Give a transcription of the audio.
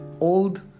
old